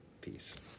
peace